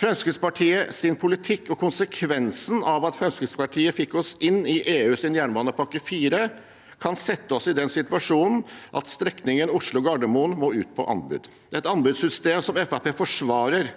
Fremskrittspartiets politikk og konsekvensene av at Fremskrittspartiet fikk oss inn i EUs jernbanepakke IV, kan sette oss i den situasjonen at strekningen Oslo–Gardermoen må ut på anbud. Et anbudssystem, som Fremskrittspartiet